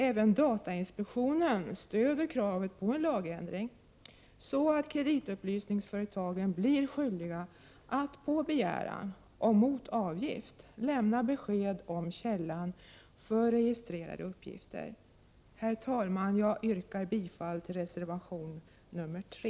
Även datainspektionen stöder kravet på en lagändring så att kreditupplysningsföretagen blir skyldiga att på begäran — och mot avgift — lämna besked om källan för registrerade uppgifter. Herr talman! Jag yrkar bifall till reservation nr. 3.